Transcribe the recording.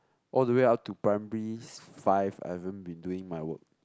all the way up to primary five I haven't been doing my work